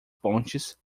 pontes